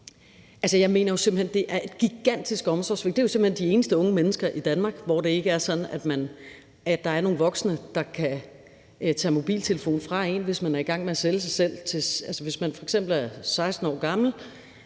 hen, det er et gigantisk omsorgssvigt, i forhold til at det jo er de eneste unge mennesker i Danmark, hvor det ikke er sådan, at der er nogle voksne, der kan tage mobiltelefonen fra dem, hvis de er i gang med at sælge sig selv, altså hvis man f.eks. er 16 år gammel